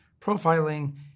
profiling